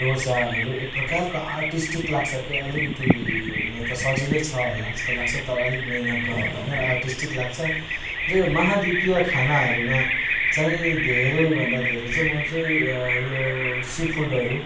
डोसाहरू एक प्रकारको आर्टिस्टिक लाग्छ कि अलिकिति हुनु त सजिलै छ होला जस्तो लाग्छ तर अलिक मेहनत गर्नु पर्ने र आर्टिस्टिक लाग्छ र यो महाद्विपीय खानाहरूमा चाहिँ धेरैभन्दा धेरै म चाहिँ यो सी फुडहरू